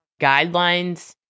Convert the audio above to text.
guidelines